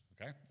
Okay